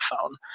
phone